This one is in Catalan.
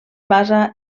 basa